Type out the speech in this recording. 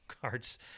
cards